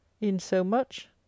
insomuch